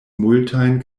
multajn